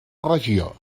regió